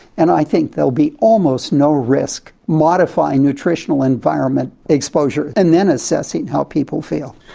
and i think there'll be almost no risk modifying nutritional environment exposure and then assessing how people feel.